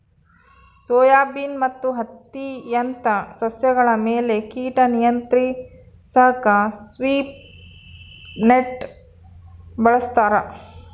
soybean ಮತ್ತು ಹತ್ತಿಯಂತ ಸಸ್ಯಗಳ ಮೇಲೆ ಕೀಟ ನಿಯಂತ್ರಿಸಾಕ ಸ್ವೀಪ್ ನೆಟ್ ಬಳಸ್ತಾರ